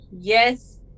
Yes